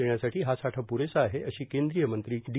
देण्यासाठी हा साठा प्रेसा आहे अशी केंद्रीय मंत्री डी